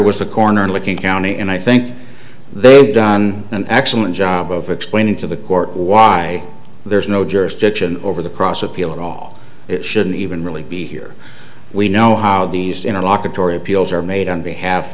a corner looking county and i think they've done an excellent job of explaining to the court why there's no jurisdiction over the cross appeal at all it shouldn't even really be here we know how these interlocutory appeals are made on behalf